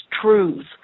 truth